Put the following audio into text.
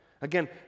Again